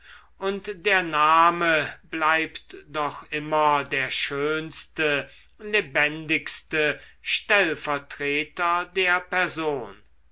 und der name bleibt doch immer der schönste lebendigste stellvertreter der person